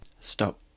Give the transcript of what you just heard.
Stop